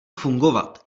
fungovat